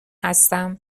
هستم